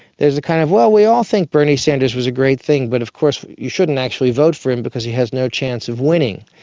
there's a kind of, well, we all think bernie sanders was a great thing but of course you shouldn't actually vote for him because he has no chance of winning.